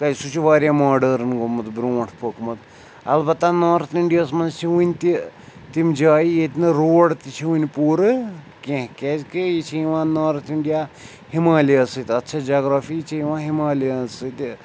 کیٛازِ سُہ چھُ واریاہ ماڈٲرٕن گوٚمُت برٛونٛٹھ پوٚکمُت اَلبتہ نارٕتھ اِنٛڈیاہَس منٛز چھِ وٕنۍ تہِ تِم جایہِ ییٚتہِ نہٕ روڈ تہِ چھِ وٕنہِ پوٗرٕ کیٚنٛہہ کیٛازکہِ یہِ چھِ یِوان نارٕتھ اِنٛڈیا ہِمالِیَس سۭتۍ اَتھ چھےٚ جَگرافی چھےٚ یِوان ہِمالِیَن سۭتۍ